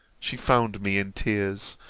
she found me in tears.